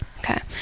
Okay